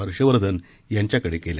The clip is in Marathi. हर्षवर्धन यांच्याकडे केल्या